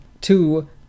Two